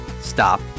stop